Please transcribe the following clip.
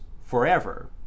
forever